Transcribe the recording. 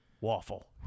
waffle